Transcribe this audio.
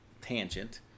tangent